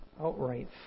outright